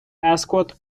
escort